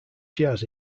jazz